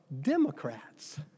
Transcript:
Democrats